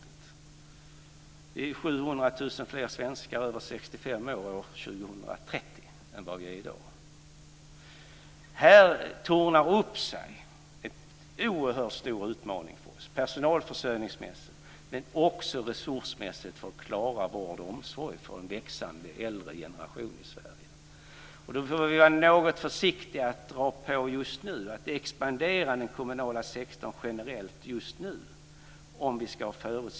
Det kommer att finnas 700 000 fler svenskar över 65 år 2030. Här tornar upp sig en stor utmaning för oss, personalförsörjningsmässigt men också resursmässigt för att klara vård och omsorg för en växande äldre generation i Sverige.